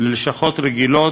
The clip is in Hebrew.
ללשכות רגילות,